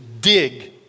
dig